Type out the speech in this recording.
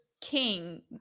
king